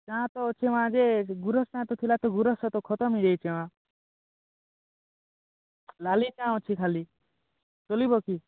ଚାହା ତ ଅଛି ମା' ଯେ ଗୁରସ୍ତା ନା ଥିଲା ତ ଗୁରସ୍ତା ଖତମ ହେଇ ଯାଇଛେ ଲାଲି ଚାହା ଅଛି ଖାଲି ଚଲିବ କି